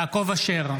יעקב אשר,